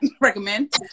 recommend